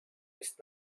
ist